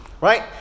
right